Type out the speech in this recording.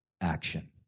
action